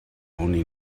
only